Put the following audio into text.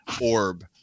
orb